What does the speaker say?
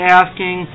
asking